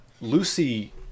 Lucy